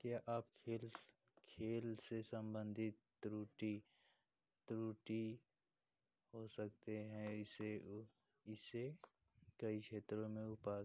के आप खेल खेल से संबंधित त्रुटि त्रुटि हो सकते हैं इसे ओ इसे कई क्षेत्रों में उपा